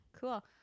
cool